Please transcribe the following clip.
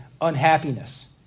unhappiness